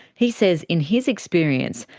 he says in his experience,